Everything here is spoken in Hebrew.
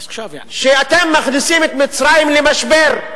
אתם מכניסים את מצרים למשבר.